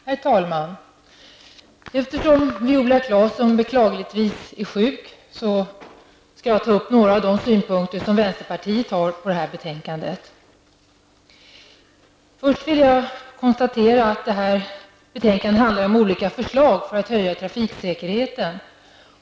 Herr talman! Eftersom Viola Claesson beklagligtvis är sjuk skall jag ta upp några av de synpunkter som vänsterpartiet har på detta betänkande. Jag vill först konstatera att betänkandet handlar om olika förslag med syfte att höja trafiksäkerheten.